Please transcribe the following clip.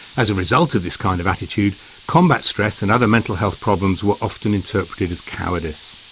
as a result of this kind of attitude combat stress and other mental health problems were often interpreted as cowardice.